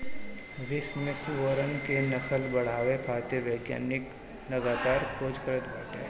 विश्व में सुअरन क नस्ल बढ़ावे खातिर वैज्ञानिक लगातार खोज करत बाटे